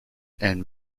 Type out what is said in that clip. and